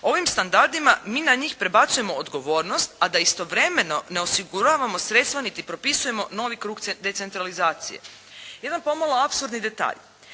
ovim standardima mi na njih prebacujemo odgovornost, a da istovremeno ne osiguravamo sredstva niti propisujemo novi krug decentralizacije. Jedan pomalo apsurdni detalj.